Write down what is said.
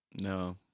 No